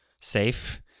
safe